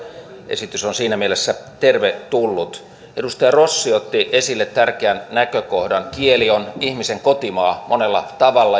esitys on siinä mielessä tervetullut edustaja rossi otti esille tärkeän näkökohdan kieli on ihmisen kotimaa monella tavalla